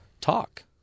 talk